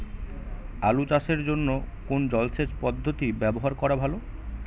আলু চাষের জন্য কোন জলসেচ পদ্ধতি ব্যবহার করা ভালো?